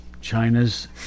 China's